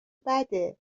بده